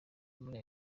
muri